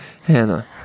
Hannah